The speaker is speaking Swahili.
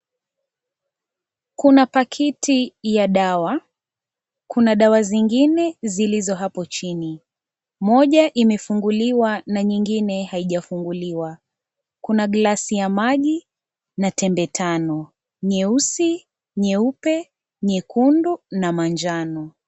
Kuna pakiti ya dawa. Kuna dawa zingine zilizo hapo chini. Moja imefungiliwa na nyingine haijafunguliwa. Kuna glass ya maji na tembe tano. Nyeusi, nyeupe, nyekundu na manjano.